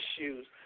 issues